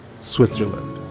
Switzerland